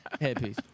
Headpiece